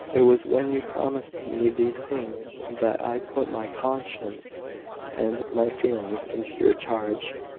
it was when you promised me these things that i put my conscience and my feelings into your charge.